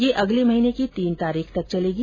यह अगले महीने की तीन तारीख तक चलेगी